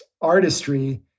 artistry